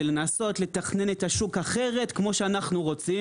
לנסות לתכנן את השוק אחרת כמו שאנחנו רוצים.